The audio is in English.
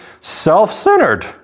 self-centered